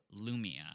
Lumia